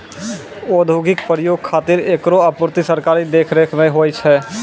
औद्योगिक प्रयोग खातिर एकरो आपूर्ति सरकारी देखरेख म होय छै